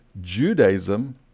Judaism